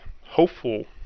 hopeful